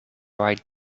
white